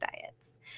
diets